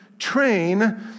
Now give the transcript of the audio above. Train